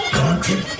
country